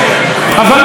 חבר הכנסת בר-לב,